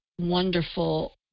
wonderful